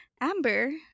Amber